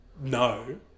no